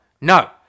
No